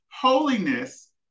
Holiness